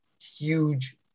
huge